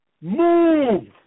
move